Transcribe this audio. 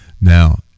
Now